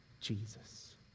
Jesus